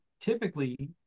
typically